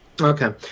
okay